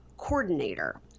coordinator